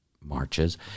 Marches